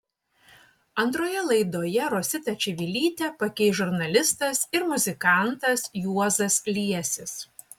antroje laidoje rositą čivilytę pakeis žurnalistas ir muzikantas juozas liesis